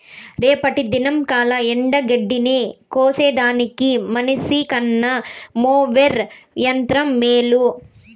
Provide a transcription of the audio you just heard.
రేపటి దినంకల్లా ఎండగడ్డిని కోసేదానికి మనిసికన్న మోవెర్ యంత్రం మేలు